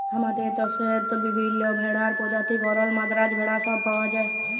হামাদের দশেত বিভিল্য ভেড়ার প্রজাতি গরল, মাদ্রাজ ভেড়া সব পাওয়া যায়